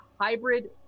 hybrid